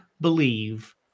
believe